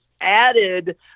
added